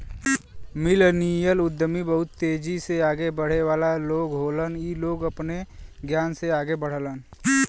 millennial उद्यमी बहुत तेजी से आगे बढ़े वाला लोग होलन इ लोग अपने ज्ञान से आगे बढ़लन